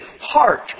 heart